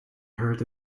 heard